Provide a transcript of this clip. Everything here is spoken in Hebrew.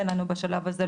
אין לנו בשלב הזה,